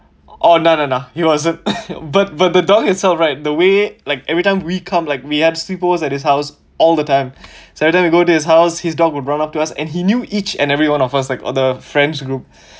oh no no no he wasn't but but the dog itself right the way like every time we come like we had sleepover at his house all the time so every time we go to his house his dog would run up to us and he knew each and every one of us like all the friends group